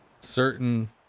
certain